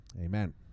Amen